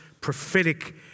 prophetic